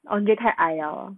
andre 太矮了 lor